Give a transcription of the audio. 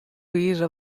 wize